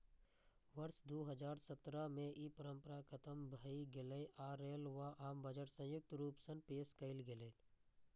वर्ष दू हजार सत्रह मे ई परंपरा खतम भए गेलै आ रेल व आम बजट संयुक्त रूप सं पेश कैल गेलै